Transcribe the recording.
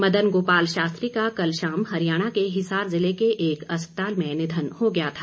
मदन गोपाल शास्त्री का कल शाम हरियाणा के हिसार ज़िले के एक अस्पताल में निधन हो गया था